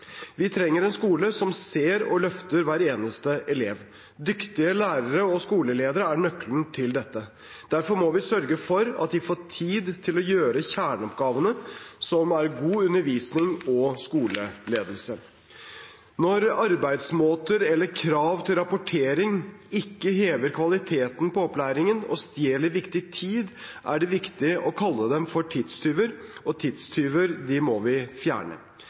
Vi trenger en skole som ser og løfter hver eneste elev. Dyktige lærere og skoleledere er nøkkelen til dette. Derfor må vi sørge for at de får tid til å gjøre kjerneoppgavene, som er god undervisning og skoleledelse. Når arbeidsmåter eller krav til rapportering ikke hever kvaliteten på opplæringen og stjeler viktig tid, er det riktig å kalle dem for tidstyver, og tidstyver må vi fjerne.